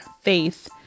Faith